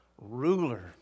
ruler